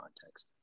context